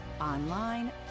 online